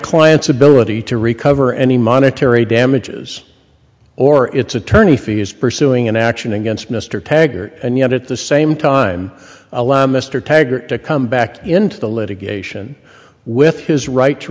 client's ability to recover any monetary damages or its attorney fee is pursuing an action against mr taggart and yet at the same time allow mr taggart to come back into the litigation with his right to